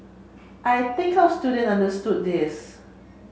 I think our student understood this